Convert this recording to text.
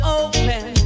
open